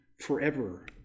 forever